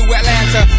Atlanta